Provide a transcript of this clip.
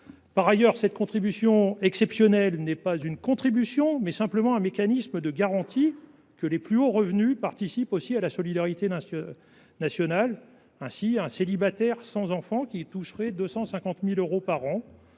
Par ailleurs, cette CDHR est non pas une contribution, mais simplement un mécanisme de garantie pour s’assurer que les plus hauts revenus participent aussi à la solidarité nationale. Ainsi, un célibataire sans enfant qui toucherait 250 000 euros par an,